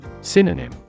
Synonym